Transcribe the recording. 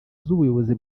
z’ubuyobozi